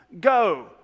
Go